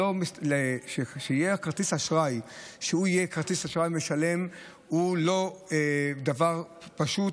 שיהיה כרטיס אשראי שהוא כרטיס אשראי משלם זה לא דבר פשוט,